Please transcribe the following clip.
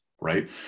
right